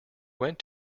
went